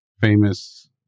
famous